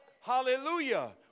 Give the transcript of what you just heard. hallelujah